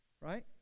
Right